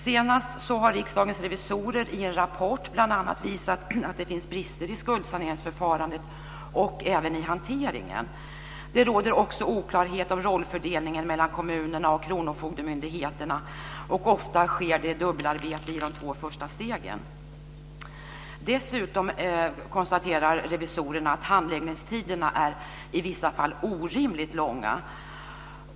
Senast har Riksdagens revisorer i en rapport bl.a. visat att det finns brister i skuldsaneringsförfarandet och även i hanteringen. Det råder också oklarhet om rollfördelningen mellan kommunerna och kronofogdemyndigheterna, och ofta sker det dubbelarbete i de två första stegen. Dessutom konstaterar Revisorerna att handläggningstiderna i vissa fall är orimligt långa.